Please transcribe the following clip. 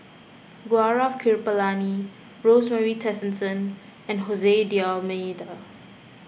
Gaurav Kripalani Rosemary Tessensohn and Jose D'Almeida